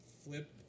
flip